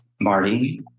Marty